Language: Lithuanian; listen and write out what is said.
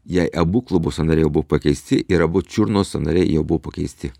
jai abu klubų sąnariai jau buvo pakeisti ir abu čiurnos sąnariai jau buvo pakeisti